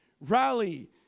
rally